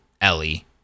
Ellie